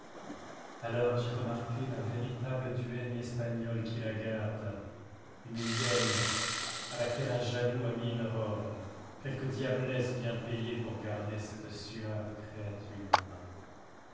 alors j'ai remarqué la véritable duègne espagnole qui la garde une hyène à laquelle un jaloux a mis une robe quelque diablesse bien payée pour garder cette suave créature